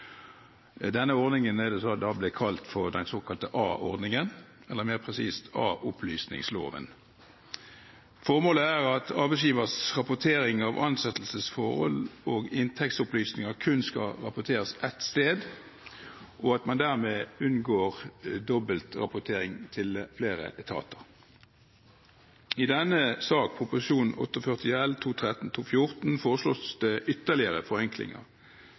Denne ordningen er det som ble kalt a-ordningen, eller mer presist: a-opplysningsloven. Formålet er at arbeidsgivers rapportering av ansettelsesforhold og inntektsopplysninger kun skal rapporteres inn til ett sted og dermed unngå dobbeltrapportering til flere etater. I denne saken, Prop. 48 L for 2013–2014, foreslås det ytterligere forenklinger.